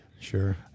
sure